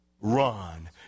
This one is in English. run